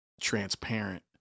transparent